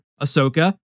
Ahsoka